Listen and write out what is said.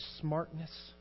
smartness